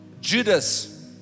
Judas